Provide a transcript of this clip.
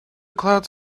clouds